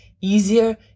easier